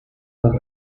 los